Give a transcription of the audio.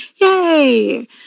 Yay